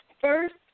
first